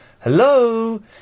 hello